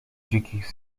dzikich